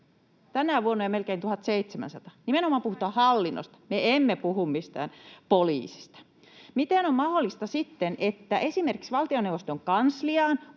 tänä vuonna jo melkein 1 700:lla — puhutaan nimenomaan hallinnosta, me emme puhu mistään poliisista. Miten on sitten mahdollista, että esimerkiksi valtioneuvoston kansliaan,